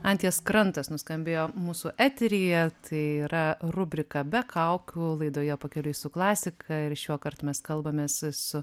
anties krantas nuskambėjo mūsų eteryje tai yra rubrika be kaukių laidoje pakeliui su klasika ir šiuokart mes kalbamės su